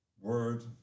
word